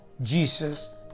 Jesus